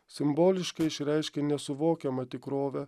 simboliškai išreiškia nesuvokiamą tikrovę